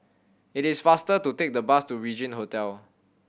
it is faster to take the bus to Regin Hotel